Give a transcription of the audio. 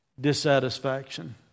Dissatisfaction